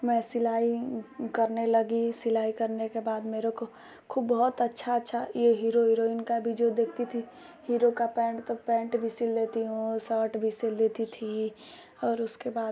मैं सिलाई करने लगी सिलाई करने के बाद मेरे को खूब बहुत अच्छा अच्छा ये हीरो हिरोइन का भी जो देखती थी हीरो का पैन्ट तो पैन्ट भी सिल लेती हूँ सॉर्ट भी सिल देती थी और उसके बाद